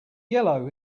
yellow